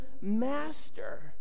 master